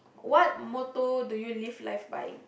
what motto do you live life by